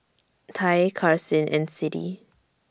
Ty Karsyn and Siddie